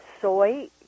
soy